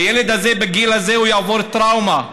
הילד הזה, בגיל הזה, הוא יעבור טראומה,